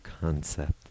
concept